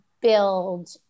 build